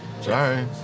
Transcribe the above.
Sorry